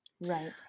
Right